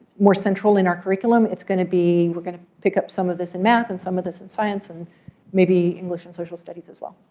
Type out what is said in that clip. more central in our curriculum, it's going to be, we're going to pick up some of this in math, and some of this in science, and maybe english and social studies as well.